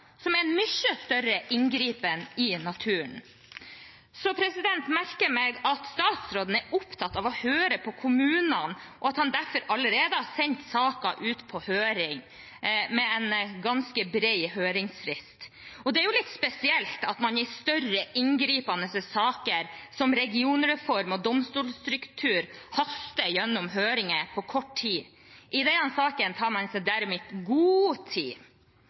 som er en mye større inngripen i naturen. Jeg merker meg at statsråden er opptatt av å høre på kommunene, og at han derfor allerede har sendt saken ut på høring med en ganske bred høringsfrist. Det er litt spesielt at man i større, inngripende saker som regionreform og domstolstruktur haster gjennom høringer på kort tid – i denne saken tar man seg derimot god tid.